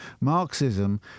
Marxism